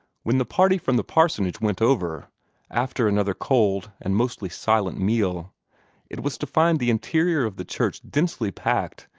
when the party from the parsonage went over after another cold and mostly silent meal it was to find the interior of the church densely packed,